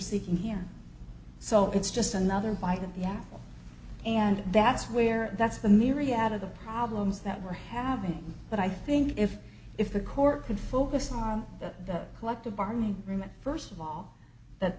seeking here so it's just another bite and yeah and that's where that's the myriad of the problems that we're having but i think if if the court can focus on the collective bargaining agreement first of all that